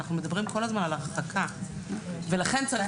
אנחנו כל הזמן מדברים על הרחקה ולכן צריך